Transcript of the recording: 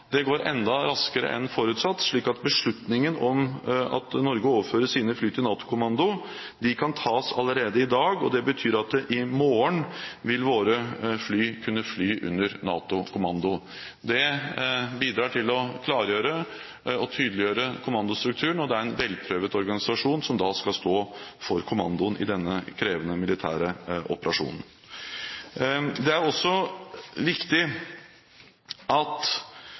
Det går enda raskere enn forutsatt, slik at beslutningen om at Norge overfører sine fly til NATO-kommando, kan tas allerede i dag. Det betyr at i morgen vil våre fly kunne fly under NATO-kommando. Det bidrar til å klargjøre og tydeliggjøre kommandostrukturen. Det er en velprøvd organisasjon som da skal stå for kommandoen i denne krevende militære operasjonen. Det er også viktig at